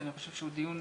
כי אני חושב שהוא דיון